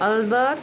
albert